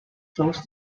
close